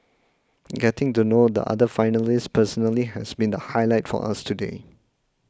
getting to know the other finalists personally has been the highlight for us today